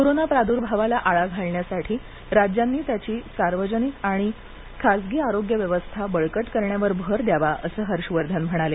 corona प्रादुर्भावाला आळा घालण्यासाठी राज्यांनी त्यांची सार्वजनिक आणि खाजगी आरोग्य व्यवस्था बळकट करण्यावर भर द्यावा असे हर्षवर्धन म्हणाले